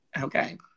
okay